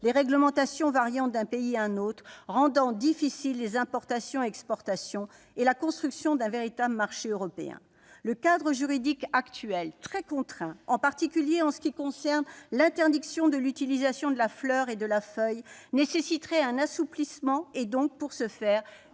les réglementations varient d'un pays à l'autre, ce qui rend difficiles les importations et les exportations, ainsi que la constitution d'un véritable marché européen. Le cadre juridique actuel, très contraint, en particulier en ce qui concerne l'interdiction de l'utilisation de la fleur et de la feuille, nécessiterait un assouplissement et, par conséquent,